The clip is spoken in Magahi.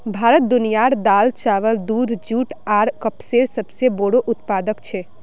भारत दुनियार दाल, चावल, दूध, जुट आर कपसेर सबसे बोड़ो उत्पादक छे